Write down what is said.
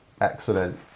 excellent